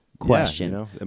question